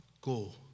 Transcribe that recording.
go